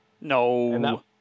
No